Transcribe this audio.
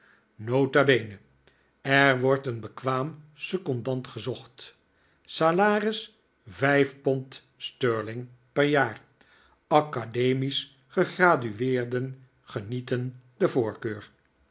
n b er wordt een bekwaam secondant gezocht salaris vijf pond st per jaar academisch gegradueerden genieten de voorkeur